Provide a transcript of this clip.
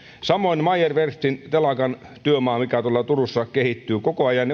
samoin meyer werft telakan työmaan mikä tuolla turussa kehittyy koko ajan